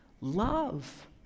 love